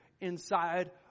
inside